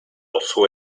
also